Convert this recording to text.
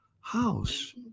house